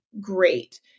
great